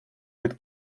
mit